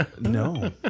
No